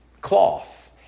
cloth